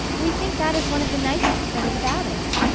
we think that is one of the nicest things about it.